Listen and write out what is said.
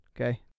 Okay